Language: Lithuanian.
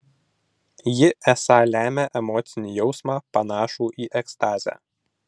ji esą lemia emocinį jausmą panašų į ekstazę